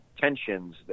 tensions